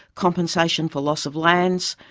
compensation for loss of lands,